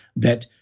that,